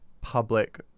public